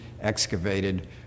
excavated